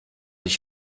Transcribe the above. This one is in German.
ich